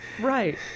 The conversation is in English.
Right